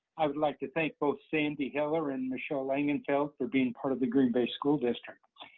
i would like to thank both sandy heller and michelle langenfeld for being part of the green bay school district.